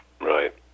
Right